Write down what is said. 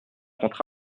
contre